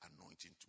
anointing